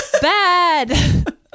bad